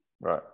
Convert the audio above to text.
Right